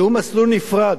שהוא מסלול נפרד,